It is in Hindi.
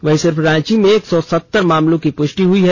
वहीं सिर्फ रांची में एक सौ सत्तर मामलों की पुष्टि हुई है